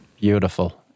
beautiful